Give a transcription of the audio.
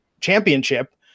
championship